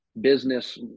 business